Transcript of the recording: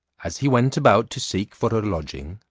as he went about to seek for a lodging,